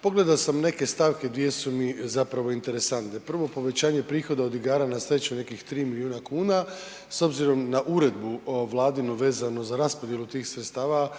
pogledao sam neke stavke. Dvije su mi zapravo interesantne, prvo povećanje prihoda od igara na sreću nekih 3 miliona kuna, s obzirom na uredbu vladinu vezano za raspodjelu tih sredstava